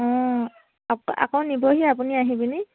অঁ আক আকৌ নিবহি আপুনি আহি পিনি